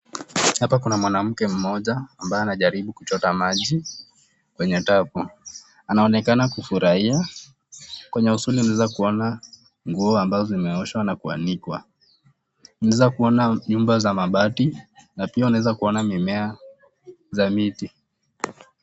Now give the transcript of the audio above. Hapa kuna mwanamke mmoja ambaye anajaribu kuchota maji kwenye (cs)tapu(cs) anaonekana kufurahia. Kwenye usoni unaeza kuona nguo ambazo zimeoshwa na kuanikwa unaeza kuona nyumba za mabati na pia unaeza kuona mimea za miti.